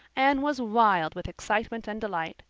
anne was wild with excitement and delight.